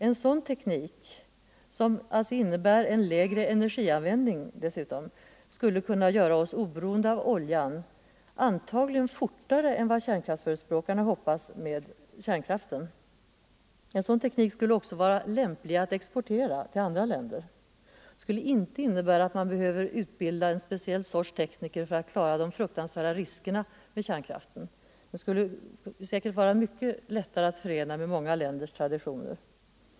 En sådan teknik, som alltså även innebär en lägre energianvändning, skulle göra oss oberoende av oljan, antagligen fortare än vad kärnkraftsförespråkarna hoppas på vid användning av kärnkraft. En sådan teknik skulle också vara lämplig att exportera till andra länder. Den skulle innebära att man inte behöver utbilda en speciell sorts tekniker för att klara de fruktansvärda riskerna med kärnkraften. Den skulle säkerligen också vara mycket lättare att förena med många länders traditioner.